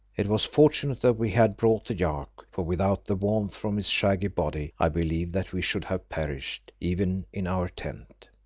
it was fortunate that we had brought the yak, for without the warmth from its shaggy body i believe that we should have perished, even in our tent.